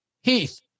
Heath